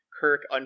Kirk